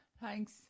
thanks